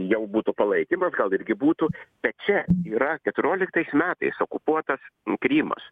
jau būtų palaikymas gal irgi būtų bet čia yra keturioliktais metais okupuotas krymas